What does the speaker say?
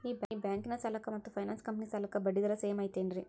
ಈ ಬ್ಯಾಂಕಿನ ಸಾಲಕ್ಕ ಮತ್ತ ಫೈನಾನ್ಸ್ ಕಂಪನಿ ಸಾಲಕ್ಕ ಬಡ್ಡಿ ದರ ಸೇಮ್ ಐತೇನ್ರೇ?